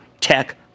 Tech